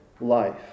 life